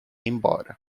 embora